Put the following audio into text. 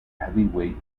heavyweight